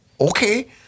Okay